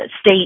state